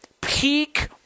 peak